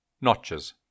Notches